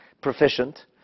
proficient